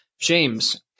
James